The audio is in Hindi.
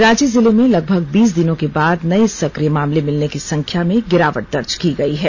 रांची जिले में लगभग बीस दिनों के बाद नए सक्रिय मामले मिलने की संख्या में गिरावट दर्ज की गई है